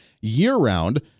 year-round